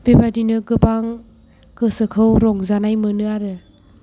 बेबादिनो गोबां गोसोखौ रंजानाय मोनो आरो